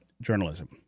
journalism